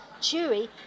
chewy